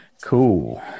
Cool